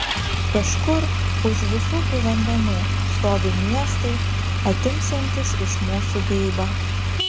kažkur už visų tų vandenų stovi miestai atimsiantys iš mūsų geibą